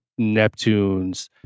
Neptunes